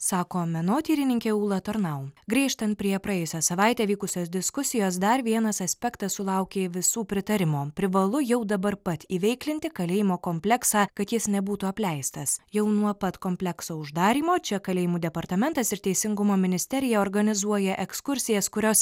sako menotyrininkė ūla tornau grįžtant prie praėjusią savaitę vykusios diskusijos dar vienas aspektas sulaukė visų pritarimo privalu jau dabar pat įveiklinti kalėjimo kompleksą kad jis nebūtų apleistas jau nuo pat komplekso uždarymo čia kalėjimų departamentas ir teisingumo ministerija organizuoja ekskursijas kurios